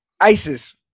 isis